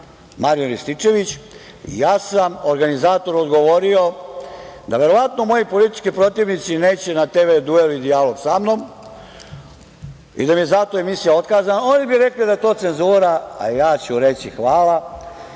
Marijan Rističević. Ja sam organizatoru odgovorio da verovatno moji politički protivnici neće na TV-duel i dijalog sa mnom i da bi za to emisija otkazana. Oni bi rekli da je to cenzura, a ja ću reći, hvala